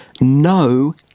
No